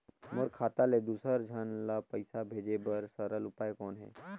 मोर खाता ले दुसर झन ल पईसा भेजे बर सरल उपाय कौन हे?